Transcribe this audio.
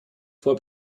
vor